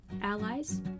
Allies